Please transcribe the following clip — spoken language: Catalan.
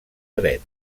dret